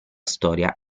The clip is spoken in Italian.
storia